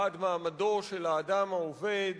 בעד מעמדו של האדם העובד,